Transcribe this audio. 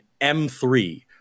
m3